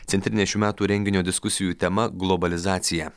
centrinė šių metų renginio diskusijų tema globalizacija